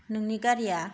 नोंनि गारिया